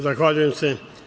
Zahvaljujem se.